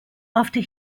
after